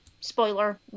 spoiler